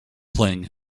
playing